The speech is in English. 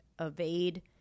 evade